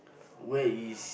where is